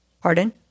Pardon